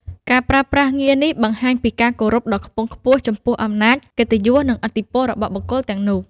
ការប្រើប្រាស់ងារនេះបង្ហាញពីការគោរពដ៏ខ្ពង់ខ្ពស់ចំពោះអំណាច កិត្តិយស និងឥទ្ធិពលរបស់បុគ្គលទាំងនោះ។